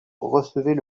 recevait